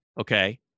okay